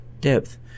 depth